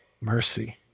mercy